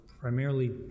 primarily